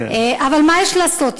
אבל מה יש לעשות,